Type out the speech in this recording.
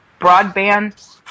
broadband